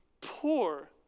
poor